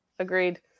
Agreed